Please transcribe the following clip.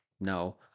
no